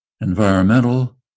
Environmental